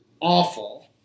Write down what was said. awful